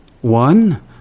One